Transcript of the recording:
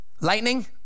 lightning